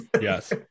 Yes